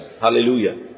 Hallelujah